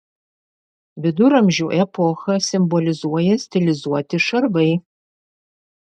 viduramžių epochą simbolizuoja stilizuoti šarvai